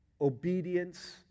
obedience